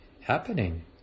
happening